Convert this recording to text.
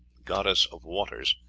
goddess of waters,